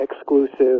exclusive